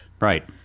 Right